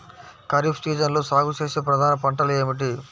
ఖరీఫ్ సీజన్లో సాగుచేసే ప్రధాన పంటలు ఏమిటీ?